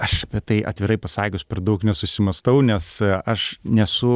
aš apie tai atvirai pasakius per daug nesusimąstau nes aš nesu